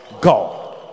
go